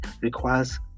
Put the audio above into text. requires